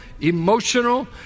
emotional